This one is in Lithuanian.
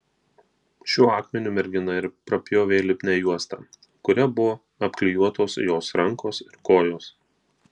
šiuo akmeniu mergina ir prapjovė lipnią juostą kuria buvo apklijuotos jos rankos ir kojos